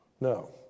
No